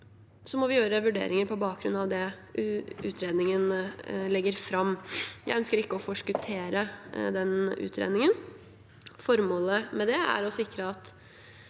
Så må vi gjøre vurderinger på bakgrunn av det utredningen legger fram. Jeg ønsker ikke å forskuttere den. Formålet med det er å sikre at